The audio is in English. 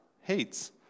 hates